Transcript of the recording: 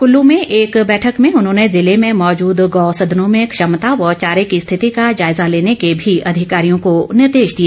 कुल्लू में एक बैठक में उन्होंने जिले में मौजूद गौसदनों में क्षमता व चारे की स्थिति का जायजा लेने के भी अधिकारियों को निर्देश दिए